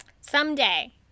Someday